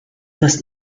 das